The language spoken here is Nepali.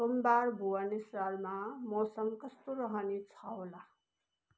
सोमबार भुवनेश्वरमा मौसम कस्तो रहने छ होला